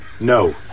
no